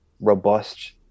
robust